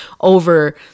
over